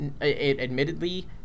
admittedly